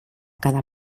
cada